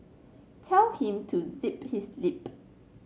tell him to zip his lip